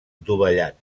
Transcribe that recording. dovellat